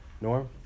Norm